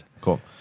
cool